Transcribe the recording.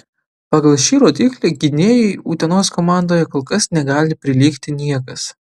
pagal šį rodiklį gynėjui utenos komandoje kol kas negali prilygti niekas